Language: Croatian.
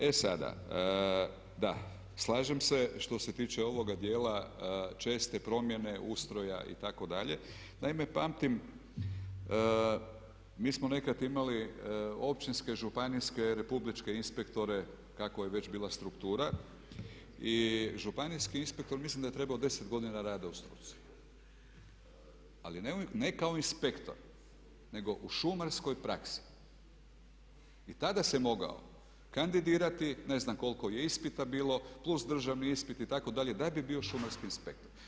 E sada, slažem se što se tiče ovoga dijela, česte promjene ustroja itd. naime pamtim mi smo nekad imali općinske, županijske, republičke inspektore kakva je već bila struktura i županijski inspektor mislim da je trebao 10 godina rada u struci, ali ne kao inspektor nego u šumarskoj praksi i tada se mogao kandidirati, ne znam koliko je ispita bilo, plus državni ispit itd. da bi bio šumarski inspektor.